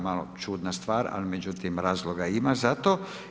Malo čudna stvar, ali međutim razloga ima za to.